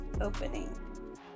opening